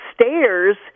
stairs